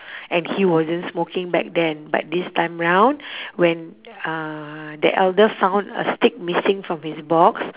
and he wasn't smoking back then but this time round when uh the elder found a stick missing from his box